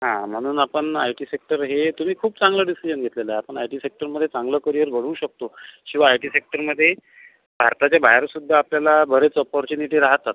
हां म्हणून आपण आय टी सेक्टर हे तुम्ही खूप चांगलं डिसीजन घेतलेला आहे आपण आय टी सेक्टरमध्ये चांगलं करिअर घडवू शकतो शिवाय आय टी सेक्टरमध्ये भारताच्या बाहेरसुद्धा आपल्याला बऱ्याच अपॉर्च्युनिटी राहतात